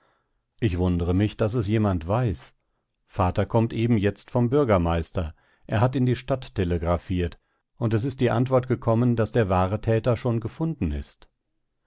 ich wundere mich daß es jemand weiß vater kommt eben jetzt vom bürgermeister er hat in die stadt telegraphiert und es ist die antwort gekommen daß der wahre täter schon gefunden ist